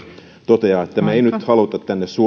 toteaa että me emme nyt halua tänne